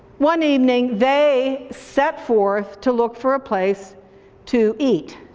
one evening they set forth to look for a place to eat,